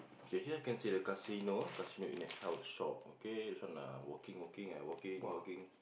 K here can see the casino ah casino in the health shop okay this one uh working working and working working